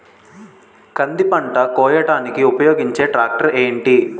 కంది పంట కోయడానికి ఉపయోగించే ట్రాక్టర్ ఏంటి?